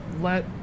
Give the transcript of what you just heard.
let